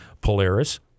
Polaris